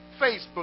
Facebook